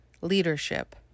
leadership